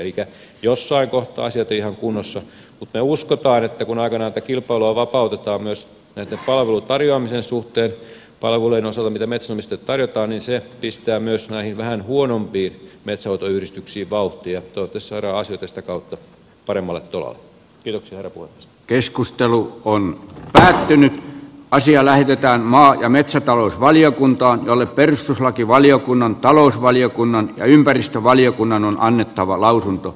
elikkä jossain kohtaa asiat eivät ole ihan kunnossa mutta me uskomme että kun aikanaan tätä kilpailua vapautetaan myös näitten palvelujen tarjoamisen suhteen palveluiden osalta mitä metsänomistajille tarjotaan niin se pistää myös näihin vähän huonompiin metsänhoitoyhdistyksiin vauhtia tutussa rastipistekautta paremmalle tolalle jos ero kun keskustelu on lähtenyt pasia lähdetään maa ja metsätalousvaliokuntaan jolle perustuslakivaliokunnan talousvaliokunnan ja ympäristövaliokunnan on annettava lausunto